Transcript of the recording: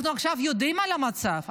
אנחנו עכשיו יודעים על המצב,